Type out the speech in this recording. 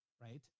Right